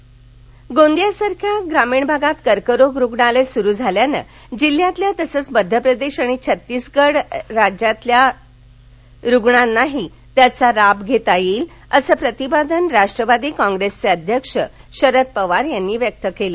कर्करोग रुग्णालय गोंदिया गोंदियासारख्या ग्रामीण भागात कर्करोग रुग्णालय सुरु झाल्यानं जिल्ह्यातल्या तसंच मध्यप्रदेश आणि छत्तीसगड राज्यातील रुग्णांनाही त्याचा लाभ घेता येईल असं प्रतिपादन राष्ट्वादी कॉप्रेसचे अध्यक्ष शरद पवार यांनी व्यक्त केलं